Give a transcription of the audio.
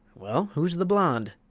well, who's the blond?